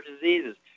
diseases